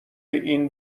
این